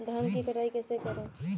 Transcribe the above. धान की कटाई कैसे करें?